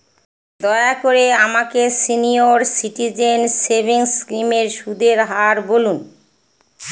দয়া করে আমাকে সিনিয়র সিটিজেন সেভিংস স্কিমের সুদের হার বলুন